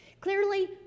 Clearly